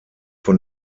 von